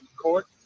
court